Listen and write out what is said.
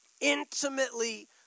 Intimately